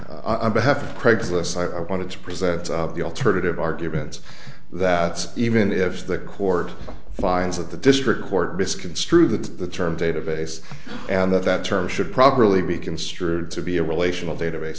behalf of craigslist i want to present the alternative arguments that even if the court finds that the district court misconstrue the term database and that that term should properly be construed to be a relational database